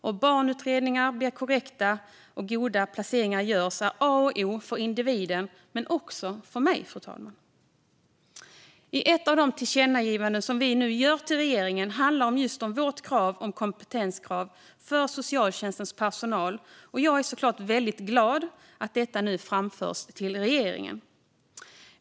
Att barnutredningar blir korrekta och att goda placeringar görs är A och O för individen - och även för mig. Ett av de tillkännagivanden vi nu ska göra till regeringen handlar om vårt krav på kompetens för socialtjänstens personal. Jag är såklart glad att detta framförs till regeringen.